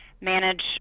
manage